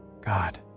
God